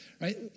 Right